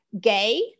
gay